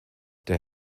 der